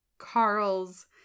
Carl's